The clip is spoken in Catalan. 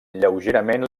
lleugerament